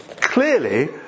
clearly